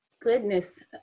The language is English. Goodness